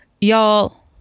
Y'all